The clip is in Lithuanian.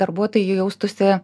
darbuotojai jaustųsi